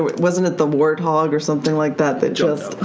wasn't it the warthog or something like that that just.